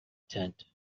tent